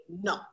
No